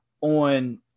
on